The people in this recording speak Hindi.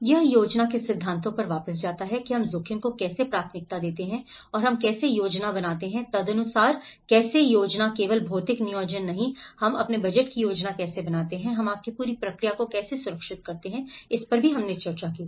यह योजना के सिद्धांतों पर वापस जाता है कि हम जोखिम को कैसे प्राथमिकता देते हैं और हम कैसे योजना बनाते हैं तदनुसार कैसे योजना केवल भौतिक नियोजन नहीं है हम अपने बजट की योजना कैसे बनाते हैं हम आपकी पूरी प्रक्रिया को कैसे सुरक्षित करते हैं इस पर हमने चर्चा की है